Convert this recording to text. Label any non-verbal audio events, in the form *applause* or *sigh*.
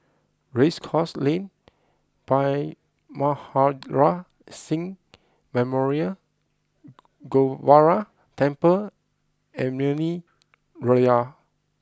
Race Course Lane Bhai Maharaj Singh Memorial *hesitation* Gurdwara Temple and Naumi Liora